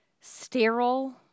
Sterile